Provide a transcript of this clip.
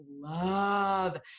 love